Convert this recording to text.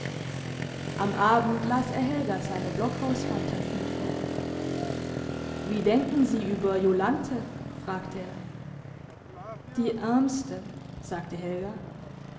am abend las er helga seine blockhausphantasie vor wie denken sie über jolanthe fragte er die ärmste sagte helga